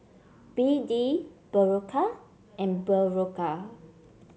B D Berocca and Berocca